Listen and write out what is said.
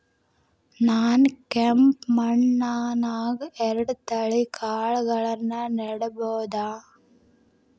ನಾನ್ ಕೆಂಪ್ ಮಣ್ಣನ್ಯಾಗ್ ಎರಡ್ ತಳಿ ಕಾಳ್ಗಳನ್ನು ನೆಡಬೋದ?